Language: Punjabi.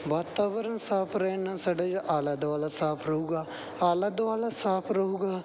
ਵਾਤਾਵਰਨ ਸਾਫ਼ ਰਹਿਣ ਨਾਲ ਸਾਡੇ ਜਿਹੜਾ ਆਲਾ ਦੁਆਲਾ ਸਾਫ਼ ਰਹੂਗਾ ਆਲਾ ਦੁਆਲਾ ਸਾਫ਼ ਰਹੂਗਾ